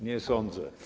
Nie sądzę.